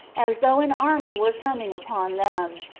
as though an army were coming upon them,